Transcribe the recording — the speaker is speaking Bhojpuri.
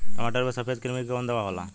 टमाटर पे सफेद क्रीमी के कवन दवा होला?